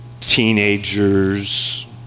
teenagers